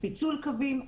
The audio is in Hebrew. פיצול קווים,